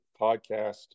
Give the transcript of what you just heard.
podcast